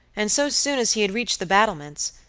and so soon as he had reached the battlements,